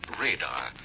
radar